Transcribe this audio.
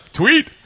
tweet